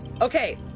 Okay